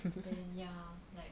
then ya like